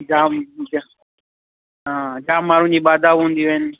जाम जा हा जाम माण्हुनि जी ॿादा हूंदियूं आहिनि